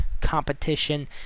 competition